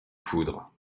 foudre